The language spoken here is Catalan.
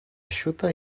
eixuta